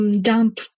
dump